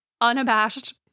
unabashed